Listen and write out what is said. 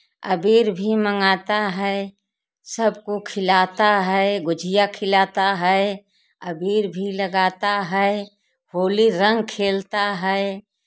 अबीर भी मँगाते हैं सबको खिलाते हैं गुजिया खिलाते हैं अबीर भी लगाते हैं होली रंग खेलते हैं